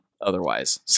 otherwise